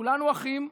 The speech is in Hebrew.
כולנו אחים,